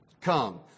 Come